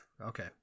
okay